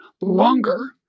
longer